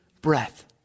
breath